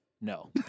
No